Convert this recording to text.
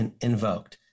invoked